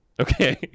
okay